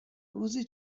روزی